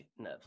Netflix